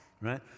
right